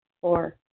Four